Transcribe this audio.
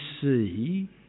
see